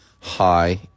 high